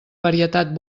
varietat